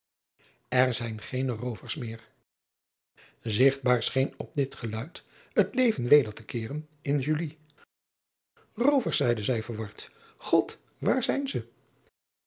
r zijn geene roovers meer igtbaar scheen op dit geluid het leven weder te keeren in oovers zeide zij verward od waar zijn ze